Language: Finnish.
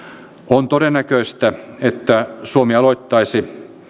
on todennäköistä että suomi aloittaisi